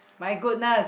my goodness